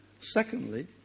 Secondly